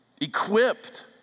equipped